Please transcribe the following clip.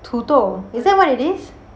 土豆 is that what it is